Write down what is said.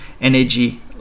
energy